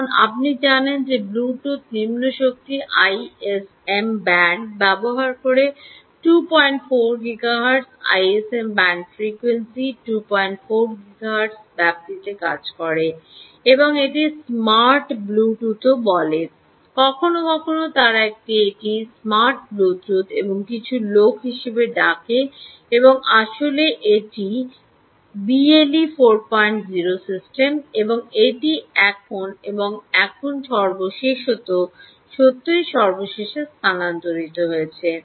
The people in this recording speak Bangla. যেমন আপনি জানেন যে ব্লুটুথ নিম্ন শক্তি আইএসএম ব্যান্ড ব্যবহার করে 24 গিগাহার্টজ এর আইএসএম ব্যান্ড ফ্রিকোয়েন্সি ২৪ গিগাহার্টজ ব্যাপ্তিতে কাজ করে এবং এটি স্মার্ট ব্লুটুথও বলে কখনও কখনও তারা এটিকে এটি স্মার্ট ব্লুটুথ এবং কিছু লোক হিসাবে ডাকে এবং আসলে এটি এটি আসলে BLE 40 সিস্টেম এবং এটি এখন এবং এখন সর্বশেষত সত্যই সর্বশেষে স্থানান্তরিত হয়েছে